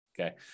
Okay